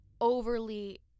overly